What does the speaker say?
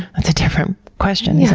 that's a different question, isn't